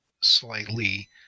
slightly